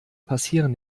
passieren